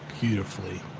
beautifully